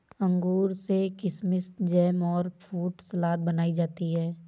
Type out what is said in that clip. अंगूर से किशमिस जैम और फ्रूट सलाद बनाई जाती है